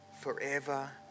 forever